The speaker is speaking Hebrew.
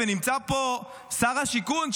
ונמצא פה שר השיכון,